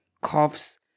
coughs